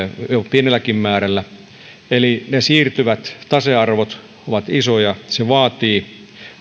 vielä päälle eli ne siirtyvät tasearvot ovat isoja se vaatii